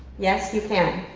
yes, you can.